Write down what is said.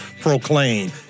proclaim